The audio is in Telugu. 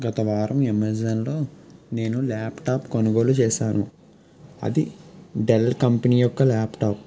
గతవారం అమెజాన్లో నేను ల్యాప్టాప్ కొనుగోలు చేశాను అది డెల్ కంపెనీ యొక్క ల్యాప్టాప్